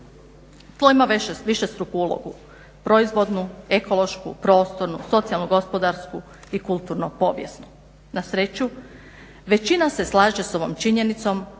Tlo ima višestruku ulogu, proizvodnu, ekološku, socijalnu, gospodarsku i kulturno-povijesnu. Na sreću većina se slaže sa ovom činjenicom